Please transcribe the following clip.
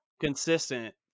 Consistent